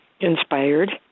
inspired